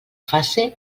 fase